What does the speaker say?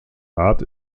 art